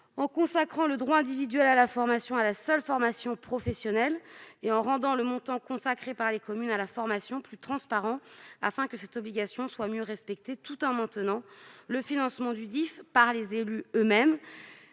de consacrer le droit individuel à la formation, à la seule formation professionnelle ; de rendre le montant consacré par les communes à la formation plus transparent, afin que cette obligation soit mieux respectée, tout en maintenant le financement du DIF par les élus eux-mêmes